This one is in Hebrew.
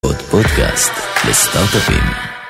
עוד פודקאסט לסטארט-אפים